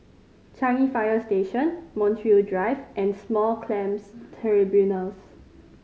Changi Fire Station Montreal Drive and Small Claims Tribunals